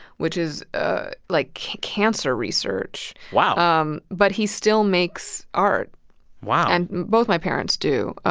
which is, ah like, cancer research wow um but he still makes art wow and both my parents do.